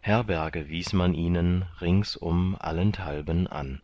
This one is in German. herberge wies man ihnen ringsum allenthalben an